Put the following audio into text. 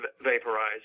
vaporize